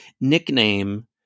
nickname